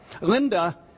Linda